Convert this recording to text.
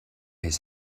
his